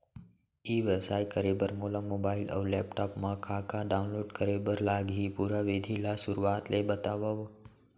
ई व्यवसाय करे बर मोला मोबाइल अऊ लैपटॉप मा का का डाऊनलोड करे बर लागही, पुरा विधि ला शुरुआत ले बतावव?